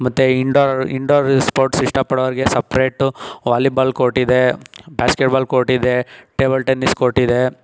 ಮತ್ತು indoor indoor sports ಇಷ್ಟಪಡೋರ್ಗೆ separate volleyball ಕೋರ್ಟಿದೆ ಬ್ಯಾಸ್ಕೆಟ್ಬಾಲ್ ಕೋರ್ಟಿದೆ ಟೇಬಲ್ ಟೆನ್ನಿಸ್ ಕೋರ್ಟಿದೆ